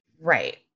right